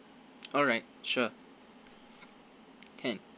all right sure can